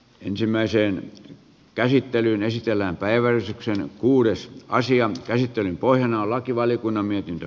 ensimmäiseen käsittelyyn esitellään päivällisekseen kuudes asian käsittelyn pohjana on lakivaliokunnan mietintö